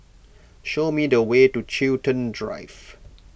show me the way to Chiltern Drive